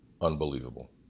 unbelievable